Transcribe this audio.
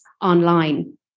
online